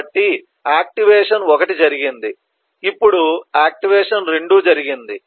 కాబట్టి ఆక్టివేషన్ 1 జరిగింది ఇప్పుడు యాక్టివేషన్ 2 జరిగింది